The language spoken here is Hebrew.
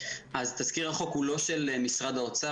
אז תזכיר החוק הוא של משרד האוצר.